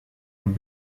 and